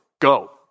go